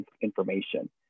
information